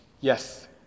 Yes